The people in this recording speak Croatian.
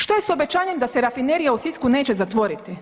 Što je s obećanjem da se rafinerija u Sisku neće zatvoriti?